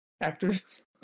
actors